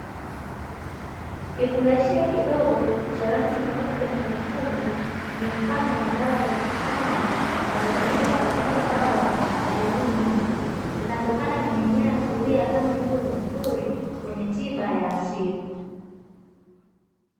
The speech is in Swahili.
Kifungashio kidogo cha rangi nyeupe na nyekundu, ni mfano wa dawa za mitishamba zinazotumiwa kwa tiba mbadala katika jamii nyingi. Zinatokana na mimea asilia kama ilivyo desturi kwenye tiba ya asili.